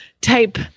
type